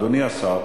אדוני השר,